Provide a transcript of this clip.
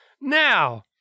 now